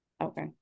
okay